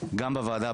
גם בוועדה,